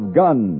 gun